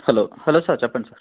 hello hello sir చెప్పండి sir